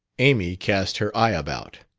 amy cast her eye about.